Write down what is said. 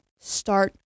start